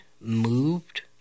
moved